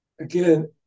Again